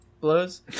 blows